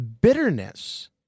bitterness